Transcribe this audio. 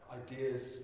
ideas